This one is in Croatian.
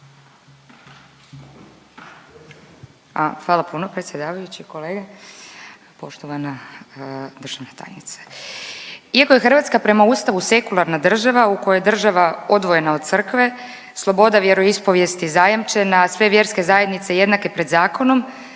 hvala puno predsjedavajući, kolega, poštovana državna tajnice. Iako je Hrvatska prema Ustavu sekularna država u kojoj je država odvojena od Crkve, sloboda vjeroispovijesti zajamčena, a sve vjerske zajednice jednake pred zakonom,